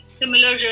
similar